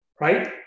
right